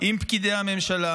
עם פקידי הממשלה,